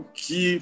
que